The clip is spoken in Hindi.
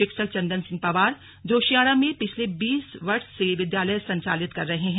शिक्षक चंदन सिंह पंवार जोशियाड़ा में पिछले बीस वर्ष से विद्यालय संचालित कर रहे हैं